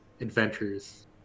Adventures